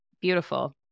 Beautiful